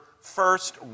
First